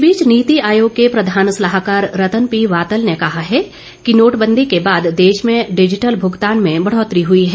इस बीच नीति आयोग के प्रधान सलाहकार रतन पी वातल ने कहा है कि नोटबंदी के बाद देश में डिजिटल भुगतान में बढ़ोतरी हुई है